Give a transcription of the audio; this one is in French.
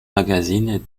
magazine